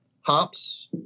hops